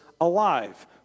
alive